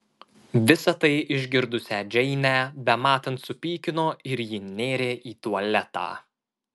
visa tai išgirdusią džeinę bematant supykino ir ji nėrė į tualetą